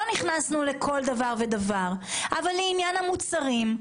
לא נכנסנו לכל דבר ודבר אבל לעניין המוצרים,